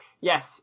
Yes